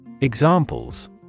Examples